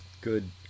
good